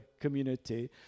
community